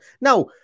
Now